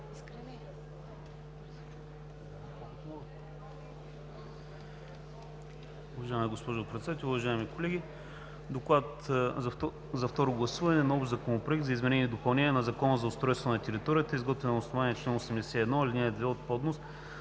Уважаема госпожо Председател, уважаеми колеги! „Доклад за второ гласуване на Общ законопроект за изменение и допълнение на Закона за устройство на територията, изготвен на основание чл. 81, ал. 2 от ПОДНС